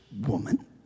woman